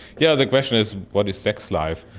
yeah the question is what is sex life?